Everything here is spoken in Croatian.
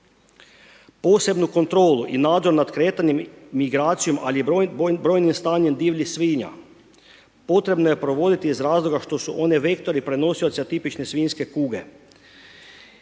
Posebnu kontrolu i nadzor nad kretanjem, migracijom ali i brojnim stanjem divljih svinja potrebno je provoditi iz razloga što su one vektori, prenosioci atipične svinjske kuge,